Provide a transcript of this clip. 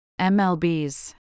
MLB's